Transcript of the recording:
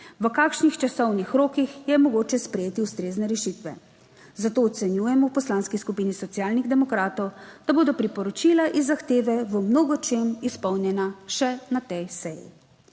v kakšnih časovnih rokih je mogoče sprejeti ustrezne rešitve. Zato ocenjujemo v Poslanski skupini Socialnih demokratov, da bodo priporočila in zahteve v mnogočem izpolnjena še na tej seji.